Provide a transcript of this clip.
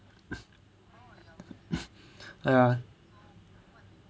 ya